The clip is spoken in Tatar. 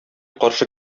каршы